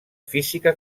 física